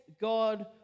God